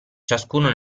ciascuno